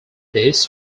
this